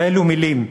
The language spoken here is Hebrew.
כאלו מילים.